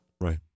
Right